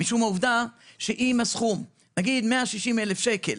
אם מדובר בסכום מסוים ומעלה